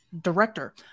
director